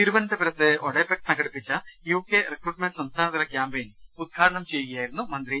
തിരുവനന്തപുരത്ത് ഒഡെപെക് സംഘടിപ്പിച്ച U K recruitment സംസ്ഥാനതല ക്യാമ്പയിൻ ഉദ്ഘാടനം ചെയ്യുകയാ യിരുന്നു അദ്ദേഹം